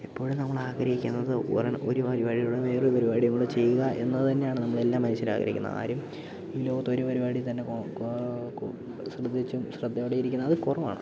എപ്പോഴും നമ്മളാഗ്രഹിക്കുന്നത് ഒരേ ഒരു പരിപാടിയുടെ കൂടെ വേറൊരു പരിപാടി കൂടി ചെയ്യുക എന്നത് തന്നെയാണ് നമ്മളെല്ലാ മനുഷ്യരാഗ്രഹിക്കുന്നത് ആരും ഈ ലോകത്തൊരു പരിപാടി തന്നെ ശ്രദ്ധിച്ചും ശ്രദ്ധയോടെ ഇരിക്കുന്നത് കുറവാണ്